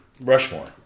Rushmore